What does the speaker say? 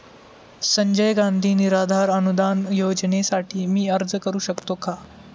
संजय गांधी निराधार अनुदान योजनेसाठी मी अर्ज करू शकतो का?